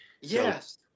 yes